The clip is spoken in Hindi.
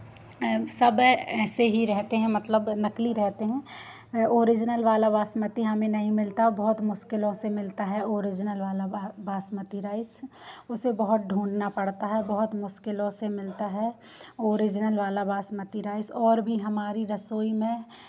सब ऐसे ही रहते हैं मतलब नकली रहते हैं ऑरिजनल वाला बासमती हमें नहीं मिलता और बहुत मुश्किलों से मिलता है ऑरिजनल वाला बासमती राइस उसे बहुत ढूँढना पड़ता है बहुत मुश्किलों से मिलता है ऑरिजनल वाला बासमती राइस और भी हमारी रसोई में